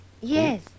Yes